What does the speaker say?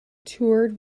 toured